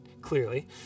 clearly